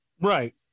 right